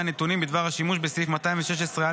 נתונים בדבר השימוש בסעיף 216(א)(5),